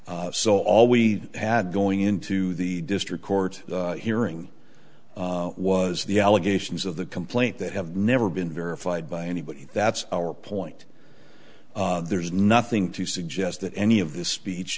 d so all we had going into the district court hearing was the allegations of the complaint that have never been verified by anybody that's our point there's nothing to suggest that any of this speech